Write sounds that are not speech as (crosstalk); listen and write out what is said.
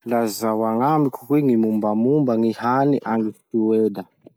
(noise) Lazao agnamiko hoe gny mombamomba gny hany agny Soeda?